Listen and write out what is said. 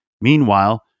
Meanwhile